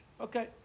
Okay